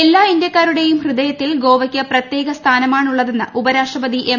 എല്ലാ ഇന്ത്യക്കാരുടെയും ഹൃദയത്തിൽ ഗോവയ്ക്ക് പ്രത്യേക സ്ഥാനമാണുള്ളതെന്ന് ഉപരാഷ്ട്രപതി എം